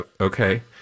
okay